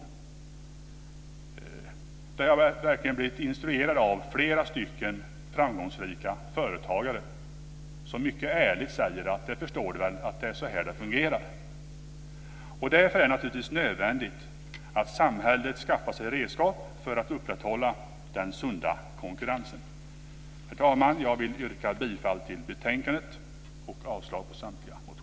Om detta har jag verkligen blivit instruerad av flera stycken framgångsrika företagare, som mycket ärligt säger: Det förstår du väl att det är så här det fungerar. Därför är det naturligtvis nödvändigt att samhället skaffar sig redskap för att upprätthålla den sunda konkurrensen. Herr talman! Jag vill yrka bifall till hemställan i betänkandet och avslag på samtliga reservationer.